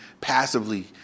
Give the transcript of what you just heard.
passively